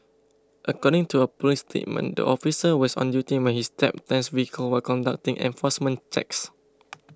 according to a police statement the officer was on duty when he stepped Tan's vehicle while conducting enforcement checks